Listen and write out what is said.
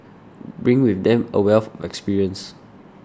bring with them a wealth of experience